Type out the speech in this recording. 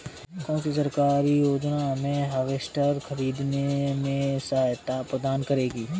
कौन सी सरकारी योजना मुझे हार्वेस्टर ख़रीदने में सहायता प्रदान करेगी?